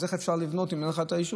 אז איך אפשר לבנות אם אין לך את האישור?